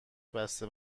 بسته